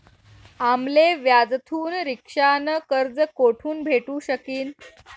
आम्ले व्याजथून रिक्षा न कर्ज कोठून भेटू शकीन